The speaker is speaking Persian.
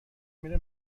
میره